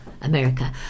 America